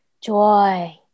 joy